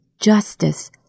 justice